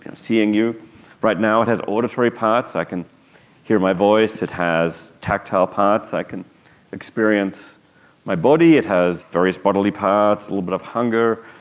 seeing you right now. it has auditory parts, i can hear my voice. it has tactile parts, i can experience my body, it has various bodily parts, a little bit of hunger,